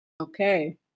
Okay